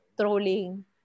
trolling